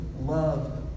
love